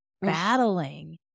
battling